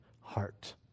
heart